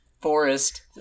forest